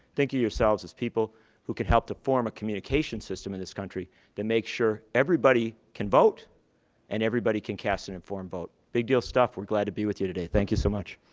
think of yourselves as people who can help to form a communication system in this country that makes sure everybody can vote and everybody can cast an informed vote. big deal stuff. we're glad to be with you today. thank you so much.